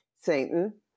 Satan